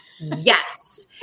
yes